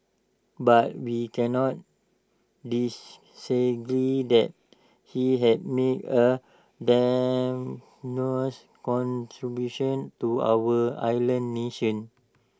but we cannot that he has made A contribution to our island nation